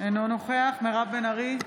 אינו נוכח מירב בן ארי,